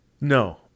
No